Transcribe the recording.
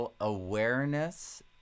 awareness